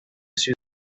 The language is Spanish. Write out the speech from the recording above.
ciudad